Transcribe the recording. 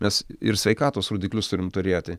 nes ir sveikatos rodiklius turim turėti